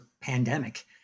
pandemic